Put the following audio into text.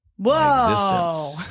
Whoa